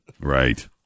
Right